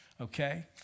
okay